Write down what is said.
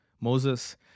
Moses